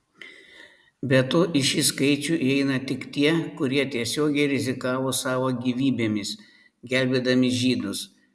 be to į šį skaičių įeina tik tie kurie tiesiogiai rizikavo savo gyvybėmis gelbėdami žydus